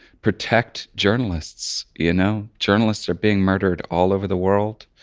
protect journalists. you know journalists are being murdered all over the world.